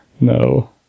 No